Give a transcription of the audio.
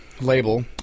label